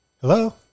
Hello